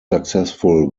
successful